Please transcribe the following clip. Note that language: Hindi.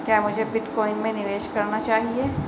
क्या मुझे बिटकॉइन में निवेश करना चाहिए?